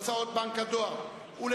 הוצאות בנק הדואר ל-2009.